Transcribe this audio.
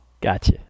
Gotcha